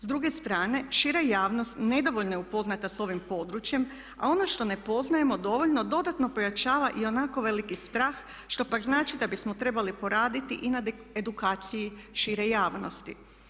S druge strane, šira javnost nedovoljno je upoznata sa ovim područjem, a ono što ne poznajemo dovoljno dodatno pojačava i onako veliki strah što pak znači da bismo trebali poraditi i na edukaciji šire javnosti.